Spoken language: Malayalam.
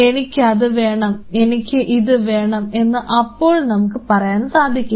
എനിക്ക് അത് വേണം എനിക്ക് ഇത് വേണം എന്ന് അപ്പോൾ നമുക്ക് പറയാൻ സാധിക്കില്ല